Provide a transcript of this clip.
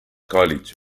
college